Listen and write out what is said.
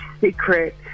secret